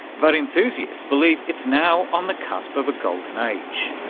but enthusiasts believe it's now on the cusp of a golden age.